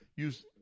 use